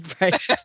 Right